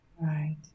right